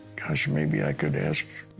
gosh, maybe i could ask